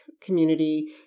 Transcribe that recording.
community